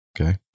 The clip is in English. Okay